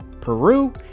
Peru